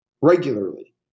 regularly